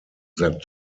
that